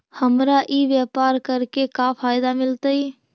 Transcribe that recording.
हमरा ई व्यापार करके का फायदा मिलतइ?